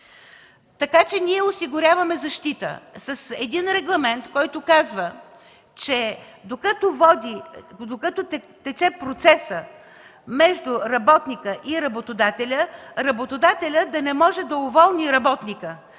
Така че ние осигуряваме защита с един регламент, който казва, че докато тече процесът между работника и работодателя, работодателят да не може да уволни работника,